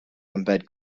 embed